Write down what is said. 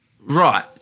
Right